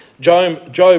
Job